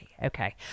Okay